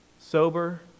sober